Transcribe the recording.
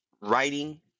writing